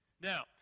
Now